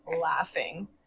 laughing